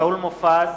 שאול מופז,